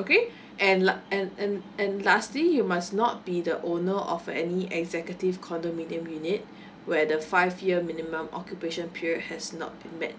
okay and la~ and and and lastly you must not be the owner of any executive condominium unit where the five year minimum occupation period has not been made